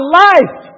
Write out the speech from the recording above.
life